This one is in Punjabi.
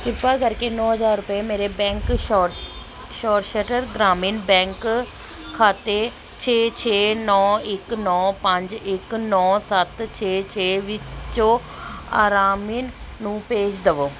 ਕ੍ਰਿਪਾ ਕਰਕੇ ਨੌਂ ਹਜ਼ਾਰ ਰੁਪਏ ਮੇਰੇ ਬੈਂਕ ਸੌਰਾਸ਼ਟਰ ਗ੍ਰਾਮੀਣ ਬੈਂਕ ਖਾਤੇ ਛੇ ਛੇ ਨੌਂ ਇੱਕ ਨੌਂ ਪੰਜ ਇੱਕ ਨੌਂ ਸੱਤ ਛੇ ਛੇ ਵਿਚੋਂ ਅਰਾਮਿਨ ਨੂੰ ਭੇਜ ਦਵੋ